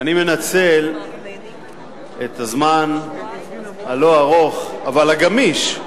אני מנצל את הזמן הלא-ארוך אבל הגמיש,